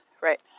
right